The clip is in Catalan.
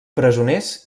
presoners